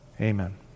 Amen